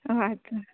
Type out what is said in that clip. हय